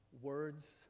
words